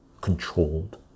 Controlled